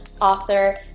author